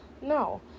no